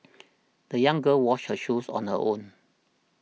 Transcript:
the young girl washed her shoes on her own